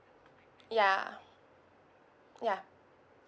ya ya